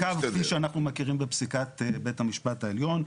אני אגיד לך קו שאנחנו מכירים בפסיקת בית המשפט העליון.